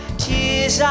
tears